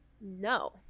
no